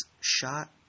shot